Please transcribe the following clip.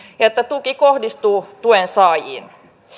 ja että tuki kohdistuu tuensaajiin